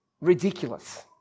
ridiculous